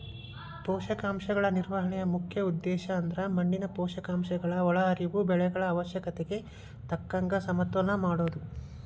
ಪೋಷಕಾಂಶಗಳ ನಿರ್ವಹಣೆಯ ಮುಖ್ಯ ಉದ್ದೇಶಅಂದ್ರ ಮಣ್ಣಿನ ಪೋಷಕಾಂಶಗಳ ಒಳಹರಿವು ಬೆಳೆಗಳ ಅವಶ್ಯಕತೆಗೆ ತಕ್ಕಂಗ ಸಮತೋಲನ ಮಾಡೋದು